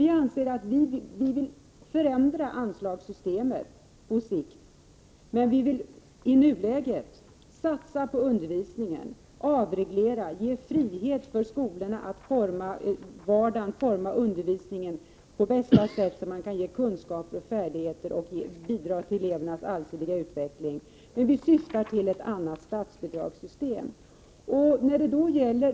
Vi vill förändra anslagssystemet på sikt, men i nuläget vill vi satsa på undervisningen, avreglera, ge frihet för skolorna att forma undervisningen på bästa sätt för att ge kunskaper och färdigheter och bidra till elevernas allsidiga utveckling. Men vi syftar till ett annat statsbidragssystem.